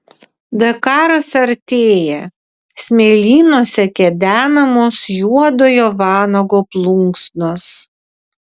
dakaras artėja smėlynuose kedenamos juodojo vanago plunksnos